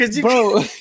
Bro